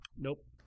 nope